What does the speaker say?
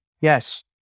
Yes